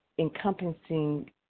encompassing